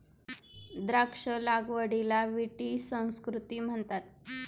द्राक्ष लागवडीला विटी संस्कृती म्हणतात